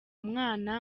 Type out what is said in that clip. mwana